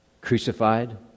crucified